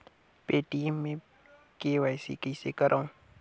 Paytm मे KYC कइसे करव?